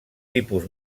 tipus